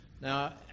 Now